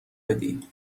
بدی